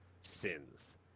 sins